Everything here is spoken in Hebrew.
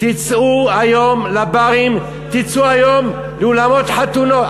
תצאו היום לברים, תצאו היום לאולמות חתונות.